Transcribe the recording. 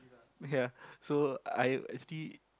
ya so I actually